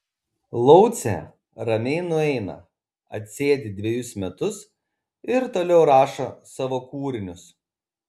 laucė ramiai nueina atsėdi dvejus metus ir toliau rašo savo kūrinius